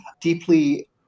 deeply